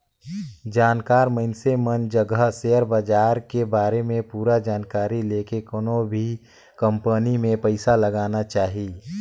जानकार मइनसे मन जघा सेयर बाजार के बारे में पूरा जानकारी लेके कोनो भी कंपनी मे पइसा लगाना चाही